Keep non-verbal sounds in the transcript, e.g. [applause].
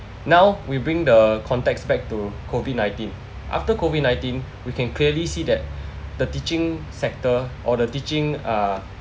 now we bring the context back to COVID nineteen after COVID nineteen we can clearly see that [breath] the teaching sector or the teaching uh